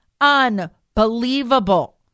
Unbelievable